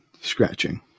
scratching